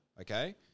Okay